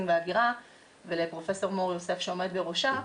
וההגירה ולפרופ' מור-יוסף שעומד בראשה,